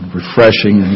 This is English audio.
refreshing